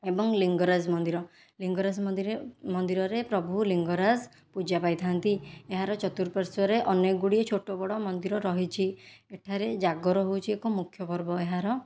ଏବଂ ଲିଙ୍ଗରାଜ ମନ୍ଦିର ଲିଙ୍ଗରାଜ ମନ୍ଦିର ମନ୍ଦିରରେ ପ୍ରଭୁ ଲିଙ୍ଗରାଜ ପୂଜା ପାଇଥାନ୍ତି ଏହାର ଚତୁର୍ପାଶ୍ୱରେ ଅନେକ ଗୁଡ଼ିଏ ଛୋଟ ବଡ଼ ମନ୍ଦିର ରହିଛି ଏଠାରେ ଜାଗର ହେଉଛି ଏକ ମୁଖ୍ୟ ପର୍ବ ଏହାର